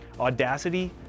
audacity